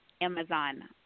Amazon